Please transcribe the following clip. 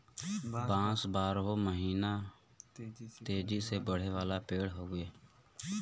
बांस बारहो महिना तेजी से बढ़े वाला पेड़ हउवे